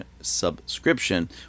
subscription